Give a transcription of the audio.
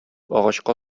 агачка